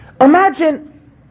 Imagine